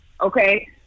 Okay